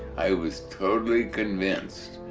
i was totally convinced.